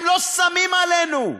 הם לא שמים עלינו.